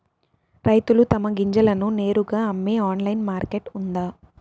రైతులు తమ గింజలను నేరుగా అమ్మే ఆన్లైన్ మార్కెట్ ఉందా?